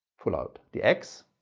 pull out the x.